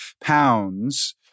pounds